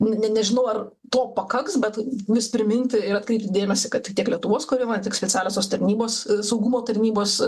ne nežinau ar to pakaks bet vis priminti ir atkreipti dėmesį kad tiek lietuvos kuri man tik specialiosios tarnybos saugumo tarnybos